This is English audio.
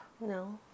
No